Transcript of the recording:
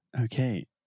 Okay